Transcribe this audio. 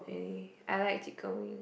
eh I like chicken wing